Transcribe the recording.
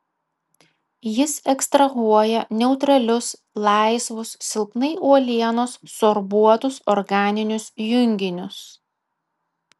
jis ekstrahuoja neutralius laisvus silpnai uolienos sorbuotus organinius junginius